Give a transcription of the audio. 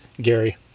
Gary